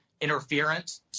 interference